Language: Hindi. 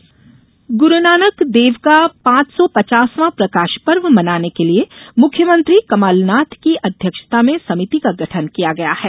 प्रकाशपर्व समिति गुरुनानक देव का पांच सौ पचासवां प्रकाशपर्व मनाने के लिए मुख्यमंत्री कमलनाथ की अध्यक्षता में समिति को गठन किया गया है